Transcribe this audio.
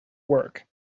work